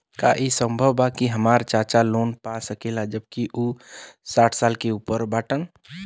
का ई संभव बा कि हमार चाचा लोन पा सकेला जबकि उ साठ साल से ऊपर बाटन?